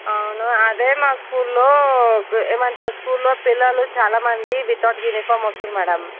అవును అదే మా స్కూల్లో ఏమంటారు స్కూల్లో పిల్లలు చాల మంది వితౌట్ యూనీఫార్మ్ వస్తున్నారు మ్యాడమ్